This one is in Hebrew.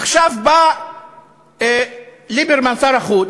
עכשיו בא ליברמן, שר החוץ,